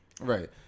Right